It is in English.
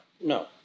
no